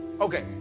Okay